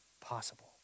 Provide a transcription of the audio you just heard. possible